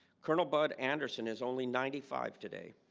colonel bud anderson is only ninety five today.